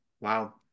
Wow